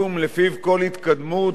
תהיה מותנית